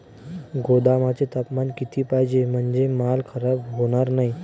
गोदामाचे तापमान किती पाहिजे? म्हणजे माल खराब होणार नाही?